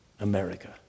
America